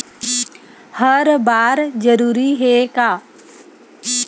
हर बार जरूरी हे का?